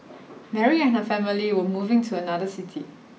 Mary and her family were moving to another city